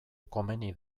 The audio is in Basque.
komeni